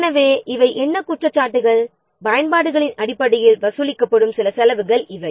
எனவே இவை என்ன குற்றச்சாட்டுகள் பயன்பாடுகளின் அடிப்படையில் வசூலிக்கப்படும் சில செலவுகள் இவை